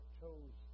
chose